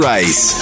Rice